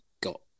got